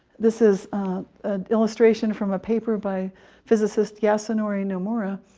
this is an illustration from a paper by physicist yasunori nomura,